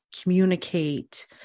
communicate